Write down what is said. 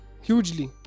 Hugely